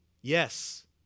Yes